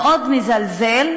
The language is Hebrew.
מאוד מזלזל,